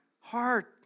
heart